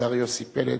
השר יוסי פלד,